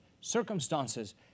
circumstances